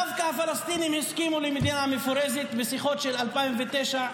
דווקא הפלסטינים הסכימו למדינה מפורזת בשיחות של 2009,